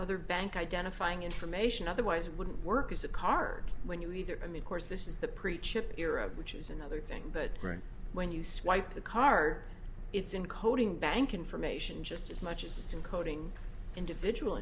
other bank identifying information otherwise it wouldn't work as a card when you either in the course this is the preach ship era which is another thing but when you swipe the card it's in coding bank information just as much as it's in coding individual